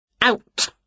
Out